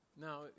Now